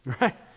Right